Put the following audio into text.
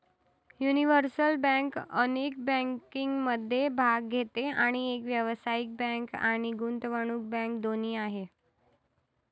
universal bank अनेक बँकिंगमध्ये भाग घेते आणि एक व्यावसायिक बँक आणि गुंतवणूक बँक दोन्ही आहे